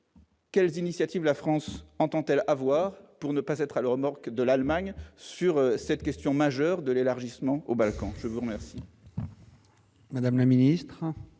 quelles initiatives la France entend-elle avoir pour ne pas être à leur remorque de l'Allemagne sur cette question majeure de l'élargissement aux Balkans, je vous remercie. Madame la Ministre.